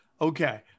Okay